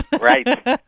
Right